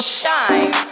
shine